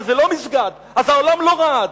אבל זה לא מסגד, אז העולם לא רעד.